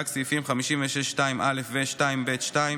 רק סעיפים 56(2)(א) ו-(2)(ב)(2),